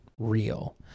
real